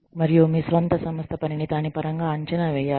మరియు మీ స్వంత సంస్థ పనిని దాని పరంగా అంచనా వేయాలి